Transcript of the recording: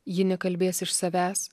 ji nekalbės iš savęs